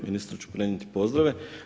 Ministru ću prenijeti pozdrave.